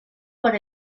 por